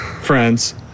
friends